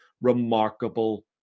remarkable